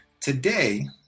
today